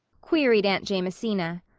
queried aunt jamesina.